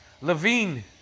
Levine